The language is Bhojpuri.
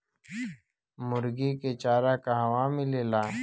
मुर्गी के चारा कहवा मिलेला?